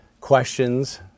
questions